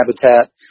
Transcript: habitat